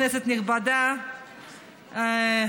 כנסת נכבדה,